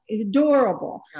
adorable